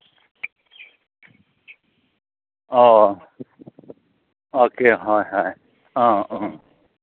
ꯑꯧ ꯑꯣꯀꯦ ꯍꯣꯏ ꯍꯣꯏ ꯑ ꯑ